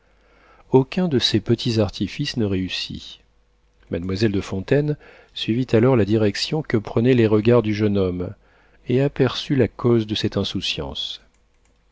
aucun de ces petits artifices ne réussit mademoiselle de fontaine suivit alors la direction que prenaient les regards du jeune homme et aperçut la cause de cette insouciance